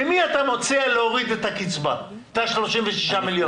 ממי אתה מציע להוריד את הקצבה, את ה-36 מיליון?